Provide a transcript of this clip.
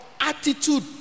Attitude